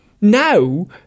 now